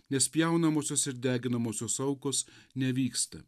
nes pjaunamosios ir deginamosios aukos nevyksta